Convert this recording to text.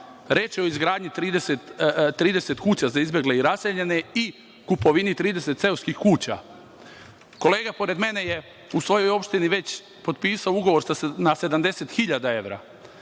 Reč je o izgradnji 30 kuća za izbegle i raseljene i kupovini 30 seoskih kuća. Kolega pored mene je u svojoj opštini potpisao ugovor na 70.000 evra.